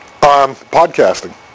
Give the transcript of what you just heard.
podcasting